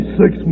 six